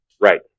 Right